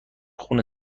خون